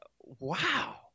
Wow